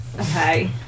okay